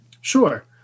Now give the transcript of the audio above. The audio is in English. Sure